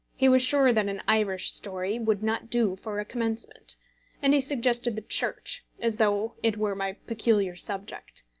he was sure that an irish story would not do for a commencement and he suggested the church, as though it were my peculiar subject.